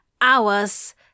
hours